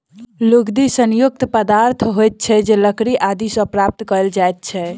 लुगदी सन युक्त पदार्थ होइत छै जे लकड़ी आदि सॅ प्राप्त कयल जाइत छै